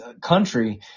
country